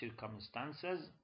circumstances